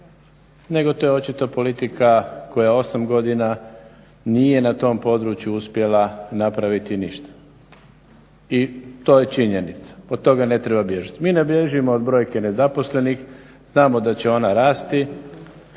nego to je očito politika koja 8 godina nije na tom području uspjela napraviti ništa i to je činjenica, od toga ne treba bježati. Mi ne bježimo od brojke nezaposlenih, znamo da će ona rasti,